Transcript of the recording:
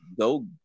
go